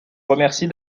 remercie